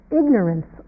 ignorance